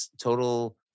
total